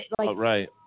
Right